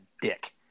dick